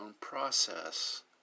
process